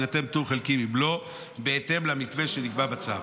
יינתן פטור חלקי מבלו בהתאם למתווה שנקבע בצו.